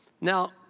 Now